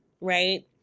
right